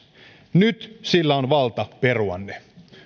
nyt sillä on valta perua ne